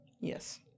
Yes